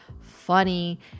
funny